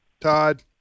Todd